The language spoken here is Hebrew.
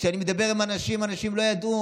כשאני מדבר עם אנשים, אנשים לא ידעו.